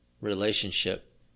relationship